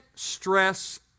Stress